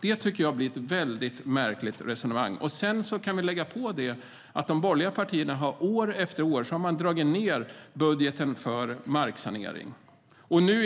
Det tycker jag blir ett väldigt märkligt resonemang. Sedan kan vi lägga på att de borgerliga partierna år efter år har dragit ned budgeten för marksanering.